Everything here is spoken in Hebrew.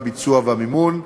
הביצוע והמימון.